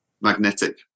magnetic